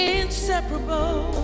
inseparable